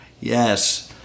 Yes